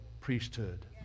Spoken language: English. priesthood